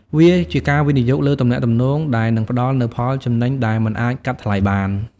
វាជាការវិនិយោគលើទំនាក់ទំនងដែលនឹងផ្តល់នូវផលចំណេញដែលមិនអាចកាត់ថ្លៃបាន។